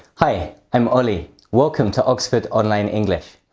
hi, i'm oli. welcome to oxford online english!